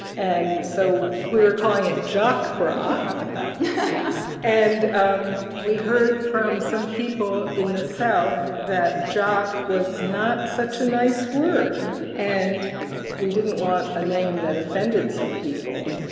and so we were calling it jock bra and i like that and um we heard from some people in the south that jock was not such a nice word and we didn't want a name that offended some people.